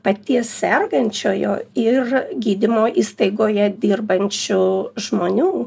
paties sergančiojo ir gydymo įstaigoje dirbančių žmonių